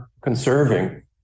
conserving